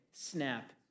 SNAP